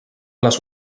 les